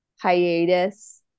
hiatus